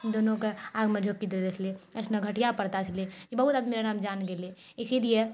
दुनूके आगिमे झोकी देल जाइत छलै अइसन घटिआ प्रथा छलै बहुत आदमी रऽ एकरामे जान गेलै इसीलिए